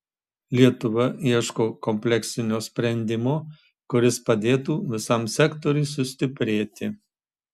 lietuva ieško kompleksinio sprendimo kuris padėtų visam sektoriui sustiprėti